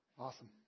awesome